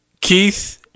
Keith